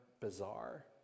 bizarre